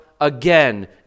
again